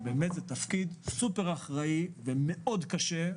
שזה תפקיד סופר אחראי ומאוד קשה,